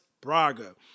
braga